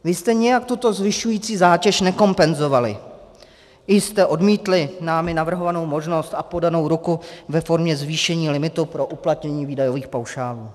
Vy jste nijak tuto zvyšující zátěž nekompenzovali, vy jste odmítli námi navrhovanou možnost a podanou ruku ve formě zvýšení limitu pro uplatnění výdajových paušálů.